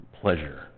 pleasure